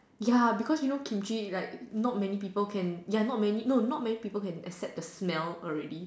ya because you know Kimchi like not many people can ya not many no not many people can accept the smell already